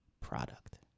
product